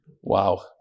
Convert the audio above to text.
Wow